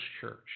church